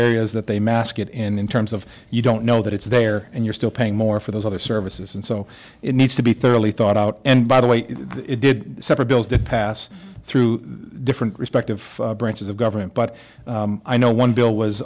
areas that they mask it in in terms of you don't know that it's there and you're still paying more for those other services and so it needs to be thoroughly thought out and by the way it did separate bills to pass through different respective branches of government but i know one bill was